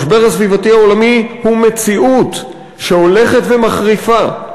המשבר הסביבתי העולמי הוא מציאות שהולכת ומחריפה.